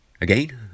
again